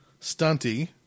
stunty